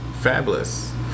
Fabulous